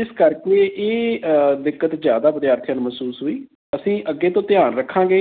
ਇਸ ਕਰਕੇ ਇਹ ਦਿੱਕਤ ਜ਼ਿਆਦਾ ਵਿਦਿਆਰਥੀਆਂ ਨੂੰ ਮਹਿਸੂਸ ਹੋਈ ਅਸੀਂ ਅੱਗੇ ਤੋਂ ਧਿਆਨ ਰੱਖਾਂਗੇ